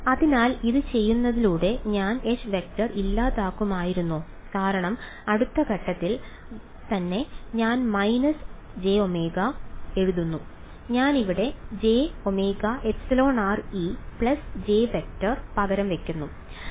അതിനാൽ ഇത് ചെയ്യുന്നതിലൂടെ ഞാൻ H→ ഇല്ലാതാക്കുമായിരുന്നോ കാരണം അടുത്ത ഘട്ടത്തിൽ തന്നെ ഞാൻ മൈനസ് j ഒമേഗ എഴുതുന്നു ഞാൻ ഇവിടെ jωεrE→ J→ പകരം വയ്ക്കുന്നു